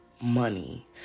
money